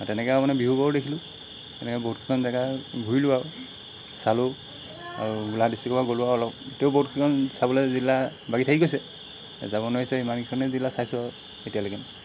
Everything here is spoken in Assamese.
তেনেকৈয়ে আৰু মানে ডিব্ৰুগড়ো দেখিলোঁ তেনেকৈ বহুতকেইখন জেগা ঘূৰিলোঁ আৰু চালোঁ আৰু গোলাঘাট ডিষ্ট্ৰিকৰপৰা গ'লোঁ আৰু অলপ তেও বহুতকেইখন চাবলৈ জিলা বাকী থাকি গৈছে এই যাব নোৱাৰিছোঁ ইমানকেইখন জিলা চাইছোঁ আৰু এতিয়ালৈকে